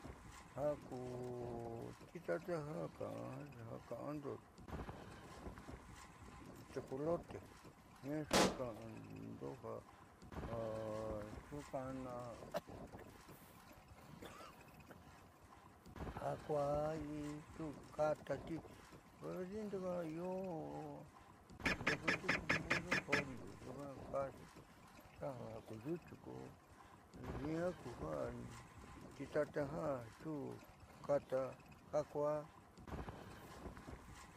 Ja ku titata ja ka'ando tecolote jiaa xuuka'ando ja kaayundo ja kuaá xukatati io ndeku tiuku mudu zoli nyuuka kaaxi ta ja io yuku io jiaa titata xukata ja kuaá.